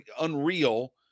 unreal